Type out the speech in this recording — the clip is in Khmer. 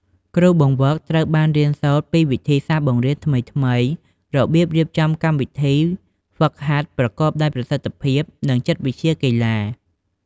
គ្រូបង្វឹក ត្រូវបានរៀនសូត្រពីវិធីសាស្ត្របង្រៀនថ្មីៗ របៀបរៀបចំកម្មវិធីហ្វឹកហាត់ប្រកបដោយប្រសិទ្ធភាព និងចិត្តវិទ្យាកីឡា។